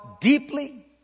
deeply